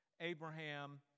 Abraham